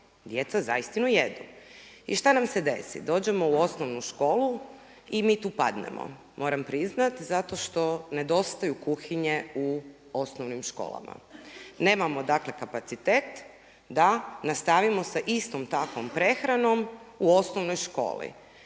djeca za istinu jedu. I šta nam se desi? Dođemo u osnovnu školu i mi tu padnemo, moram priznati, zato što nedostaju kuhinje u osnovnim školama. Nemamo dakle kapacitet da nastavimo sa istom takvom prehranom u osnovnoj školi.